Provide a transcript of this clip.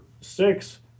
six